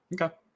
okay